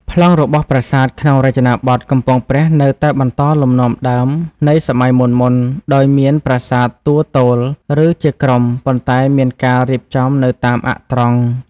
ប្លង់របស់ប្រាសាទក្នុងរចនាបថកំពង់ព្រះនៅតែបន្តលំនាំដើមនៃសម័យមុនៗ ដោយមាន ប្រាសាទតួទោល ឬជាក្រុម ប៉ុន្តែមានការរៀបចំនៅតាមអ័ក្សត្រង់។